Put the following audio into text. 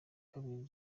kabiri